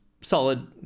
solid